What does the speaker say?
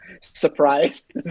surprised